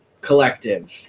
collective